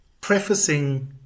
prefacing